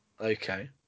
Okay